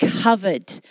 covered